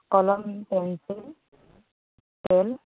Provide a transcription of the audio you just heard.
কলম pencil scale